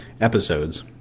episodes